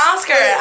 Oscar